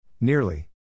Nearly